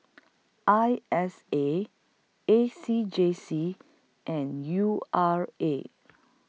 I S A A C J C and U R A